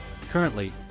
Currently